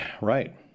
Right